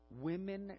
women